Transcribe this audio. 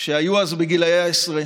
שהיו אז בגילאי העשרה